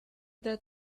that